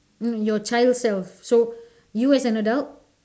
your child self so you as an adult